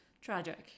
Tragic